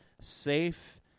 safe